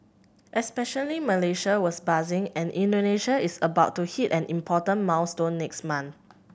especially Malaysia was buzzing and Indonesia is about to hit an important milestone next month